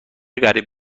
قریب